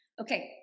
Okay